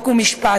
למינוי